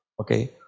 okay